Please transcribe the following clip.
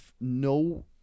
No